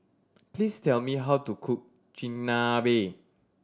please tell me how to cook Chigenabe